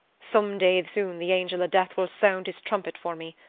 some day soon the angel of death will sound his trumpet for me.